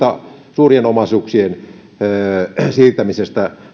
suurien omaisuuksien siirtämisestä